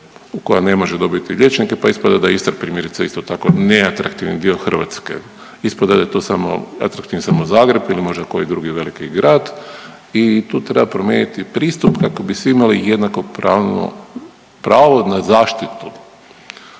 koja ne može dobiti liječnike pa ispada da Istra primjerice isto tako neatraktivni dio Hrvatske, ispada je to samo atraktivan samo Zagreb ili možda koji drugi veliki grad i tu treba promijeniti pristup kako bi svi imali jednakopravnu pravo na zaštitu.